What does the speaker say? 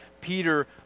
Peter